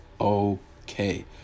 okay